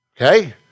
Okay